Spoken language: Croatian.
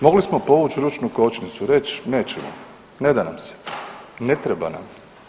Mogli smo povući ručnu kočnicu, reći nećemo, ne da nam, ne treba nam.